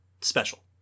special